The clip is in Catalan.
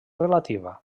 relativa